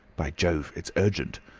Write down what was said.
by jove! it's urgent.